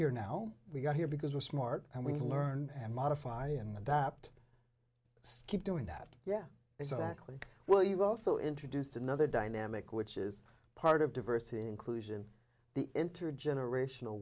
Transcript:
here now we got here because we're smart and we can learn and modify and that keep doing that yeah exactly well you've also introduced another dynamic which is part of diversity and inclusion the intergenerational